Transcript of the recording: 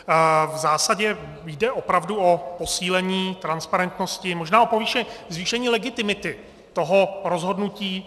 V zásadě jde opravdu o posílení transparentnosti, možná o zvýšení legitimity toho rozhodnutí.